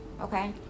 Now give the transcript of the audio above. Okay